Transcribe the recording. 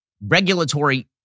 regulatory